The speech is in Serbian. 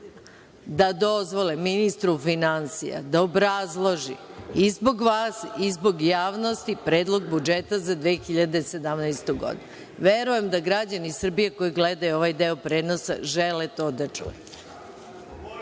da dozvole ministru finansija da obrazloži, i zbog vas i zbog javnosti, Predlog budžeta za 2017. godinu. Verujem da građani Srbije koji gledaju ovaj deo prenosa žele to da